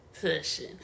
pushing